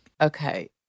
Okay